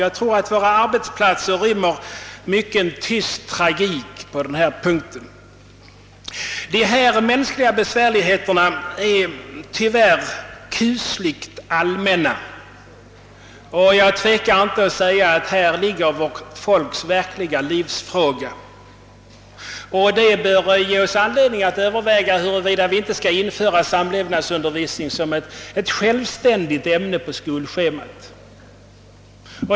Jag tror att våra arbetsplatser rymmer mycken tyst tragik på denna punkt. Dessa mänskliga besvärligheter är tyvärr kusligt allmänna, och jag tvekar inte att säga att de utgör vårt folks verkliga livsfrågor. Det bör ge oss anledning att överväga huruvida vi inte skall införa samlevnadsundervisning som ett självständigt ämne på skolschemat.